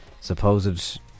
supposed